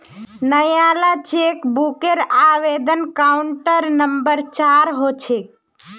नयाला चेकबूकेर आवेदन counter number चार ह छेक